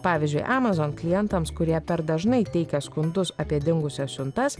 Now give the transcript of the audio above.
pavyzdžiui amazon klientams kurie per dažnai teikia skundus apie dingusias siuntas